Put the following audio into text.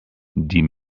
die